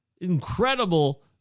Incredible